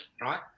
right